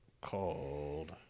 called